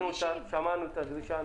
שמענו את הדרישה.